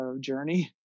journey